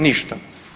Ništa.